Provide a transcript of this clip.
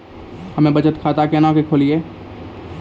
हम्मे बचत खाता केना के खोलियै?